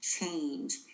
change